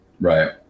Right